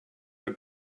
del